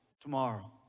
tomorrow